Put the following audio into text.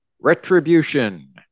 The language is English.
Retribution